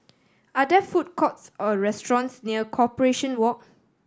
are there food courts or restaurants near Corporation Walk